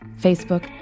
facebook